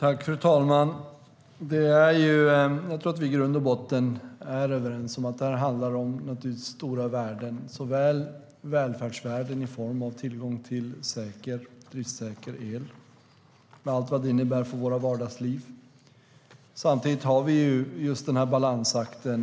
Fru talman! Vi är nog i grund och botten överens om att detta handlar om stora värden. Det handlar om välfärdsvärden i form av tillgång till driftssäker el med allt vad det innebär för vårt vardagsliv. Samtidigt måste vi göra en balansakt här.